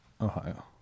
Ohio